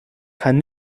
kann